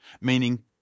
meaning